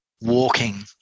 walking